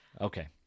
Okay